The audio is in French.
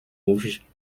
rouge